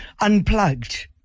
unplugged